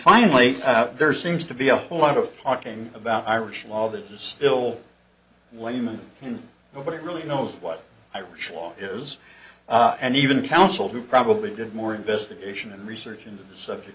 finally out there seems to be a whole lot of talking about irish law that still laymen can nobody really knows what irish law is and even counsel who probably did more investigation and research into the subject